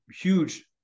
huge